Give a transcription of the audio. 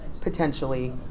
potentially